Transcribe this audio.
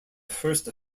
first